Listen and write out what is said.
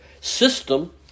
system